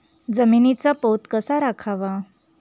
जमिनीचा पोत कसा राखावा?